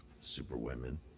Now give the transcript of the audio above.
Superwomen